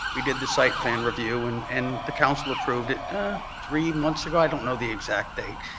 we did the site plan review and and the council approved it three months ago. i don't know the exact date.